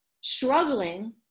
struggling